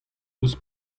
ouzh